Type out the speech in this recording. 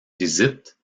visite